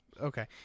Okay